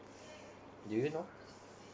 do you know